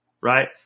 right